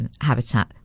habitat